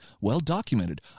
well-documented